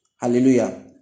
Hallelujah